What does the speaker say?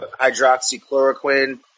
hydroxychloroquine